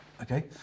okay